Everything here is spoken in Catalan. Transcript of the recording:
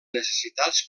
necessitats